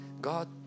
God